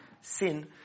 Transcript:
Sin